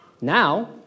Now